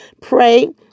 pray